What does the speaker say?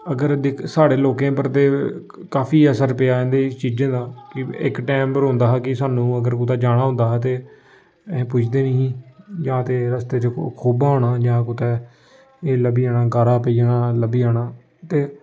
अगर दि साढ़े लोकें पर ते काफी असर पेआ इ'नें चीजें दा कि इक टैम पर होंदा हा कि सानूं अगर कुतै जाना होंदा हा ते अस पुजदे नेईं हे जां ते रस्ते च खोब्भा होना जां कुतै एह् लब्भी जाना गारा पेई जाना लब्भी जाना ते